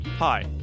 Hi